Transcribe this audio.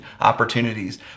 opportunities